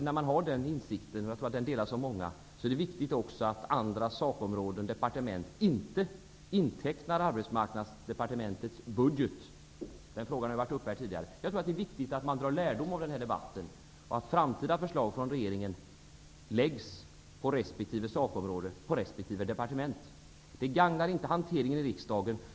När man har den insikten, vilken jag tror delas av många, anser jag också att det är viktigt att andra sakområden och departement inte intecknar Arbetsmarknadsdepartementets budget. Denna fråga har här tidigare diskuterats. Det är viktigt att man drar lärdom av denna debatt och att framtida förslag från regeringen läggs på resp. sakområde och på resp. departement, annars gagnas inte hanteringen i riksdagen.